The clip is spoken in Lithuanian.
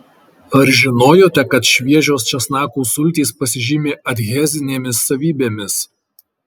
ar žinojote kad šviežios česnakų sultys pasižymi adhezinėmis savybėmis